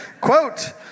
Quote